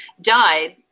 died